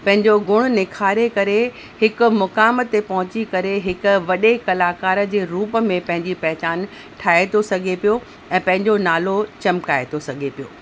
पंहिंजो गुण निखारे करे हिकु मुक़ाम ते पहुची करे हिकु वॾे कलाकार जे रूप में पंहिंजी पहचान ठाहे थो सघे पियो ऐं पंहिंजो नालो चमकाए थो सघे पियो